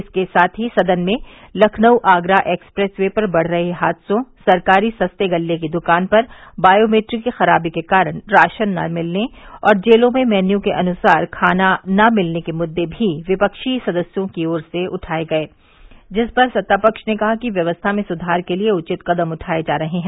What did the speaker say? इसके साथ ही सदन में लखनऊ आगरा एक्सप्रेस वे पर बढ़ रहे हादसों सरकारी सस्ते गल्ले की दुकान पर बायोमेट्रिक की खराबी के कारण राशन न मिलने और जेलों में मैन्यू के अनुसार खाना न मिलने के मुद्दे भी विपक्षी सदस्यों की ओर से उठाये गये जिस पर सत्ता पक्ष ने कहा कि व्यवस्था में सुधार के लिये उचित कदम उठाये जा रहे हैं